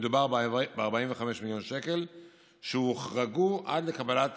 ומדובר ב-45 מיליון ש"ח שהוחרגו עד לקבלת